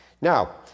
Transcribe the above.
Now